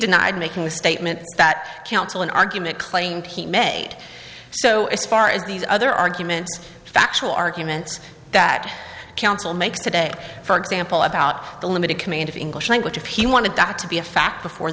denied making the statement that counsel an argument claimed he made so as far as these other arguments factual arguments that counsel makes today for example about the limited command of english language of he wanted doc to be a fact before